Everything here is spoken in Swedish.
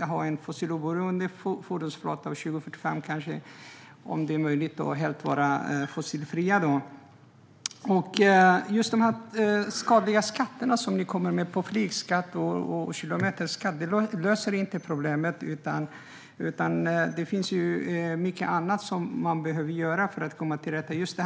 har en fossiloberoende fordonsflotta till år 2030 och, om det är möjligt, vara helt fossilfria till 2045. De skadliga skatter som ni kommer med - flygskatt och kilometerskatt - löser inte problemet, Karin Svensson Smith. Det finns mycket annat man behöver göra för att komma till rätta med det.